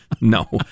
No